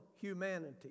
humanity